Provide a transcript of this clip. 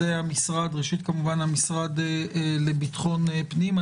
ראשית כמובן המשרד לביטחון הפנים.